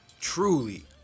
truly